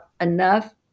enough